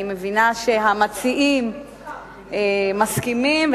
אני מבינה שהמציעים מסכימים,